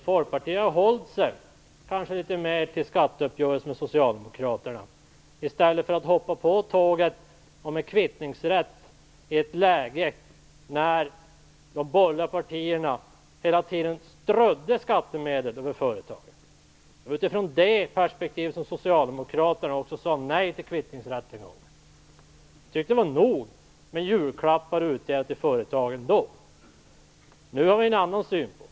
Folkpartiet borde kanske ha hållit sig litet mer till skatteuppgörelsen med socialdemokraterna i stället för att hoppa på tåget om kvittningsrätt i ett läge när de borgerliga partierna hela tiden strödde skattemedel över företagen. Det var utifrån det perspektivet som socialdemokraterna en gång sade nej till kvittningsrätten. Då tyckte vi att det var nog med julklappar utdelade till företagen. Nu har vi en annan syn på det.